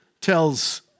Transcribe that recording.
tells